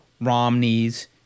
Romneys